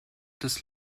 des